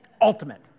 Ultimate